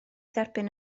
dderbyn